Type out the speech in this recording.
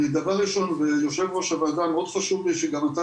אני אומר דבר ראשון - ויו"ר הוועדה מאוד חשוב לי שגם אתה